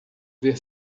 ver